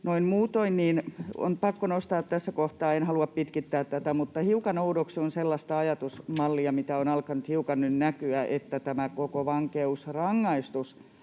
on pakko nostaa tässä kohtaa, en halua pitkittää tätä keskustelua, mutta hiukan oudoksun sellaista ajatusmallia, mitä on alkanut hiukan nyt näkyä, että tämä koko vankeusrangaistus